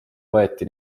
võeti